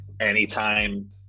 Anytime